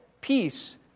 peace